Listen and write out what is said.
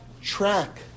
track